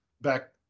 back